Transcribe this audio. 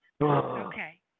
Okay